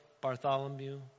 Bartholomew